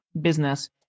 business